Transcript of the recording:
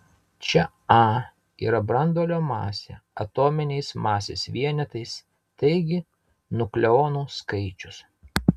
čia a yra branduolio masė atominiais masės vienetais taigi nukleonų skaičius